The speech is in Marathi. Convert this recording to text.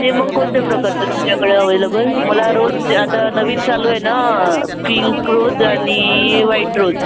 ते मग कोणत्या प्रकारचं आहे तुमच्याकडे अवेलेबल मला रोजचे आता नवीन चालू आहे ना पिंक रोज आणि व्हाईट रोज